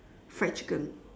fried chicken